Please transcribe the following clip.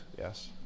Yes